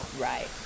Right